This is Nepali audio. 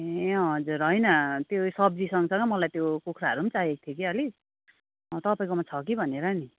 ए हजुर होइन त्यो उयो सब्जी सँगसँगै मलाई त्यो कुखुराहरू पनि चाहिएको थियो कि अलिक तपाईँकोमा छ कि भनेर नि